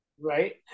right